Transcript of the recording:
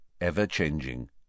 ever-changing